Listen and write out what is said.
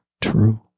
true